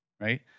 right